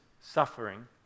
suffering